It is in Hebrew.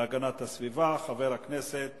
והגנת הסביבה, חבר הכנסת